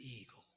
eagle